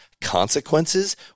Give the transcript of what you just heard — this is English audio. consequences